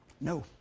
no